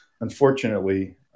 unfortunately